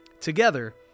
Together